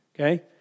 Okay